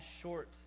short